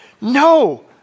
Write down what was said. No